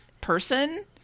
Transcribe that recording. person